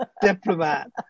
diplomat